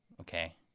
Okay